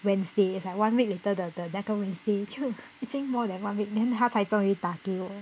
wednesday it's like one week later the the 那个 wednesday 就已经 more than one week then 他才终于打给我